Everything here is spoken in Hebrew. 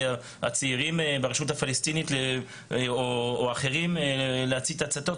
הצעירים ברשות הפלשתינית או אחרים להצית הצתות?